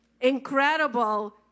incredible